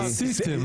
מה עשיתם?